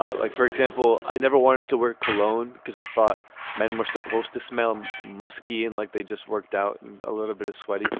like, for example, i never wanted to wear cologne because i thought men were supposed to smell musky and like they just worked out and a little bit of sweat.